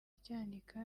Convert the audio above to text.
cyanika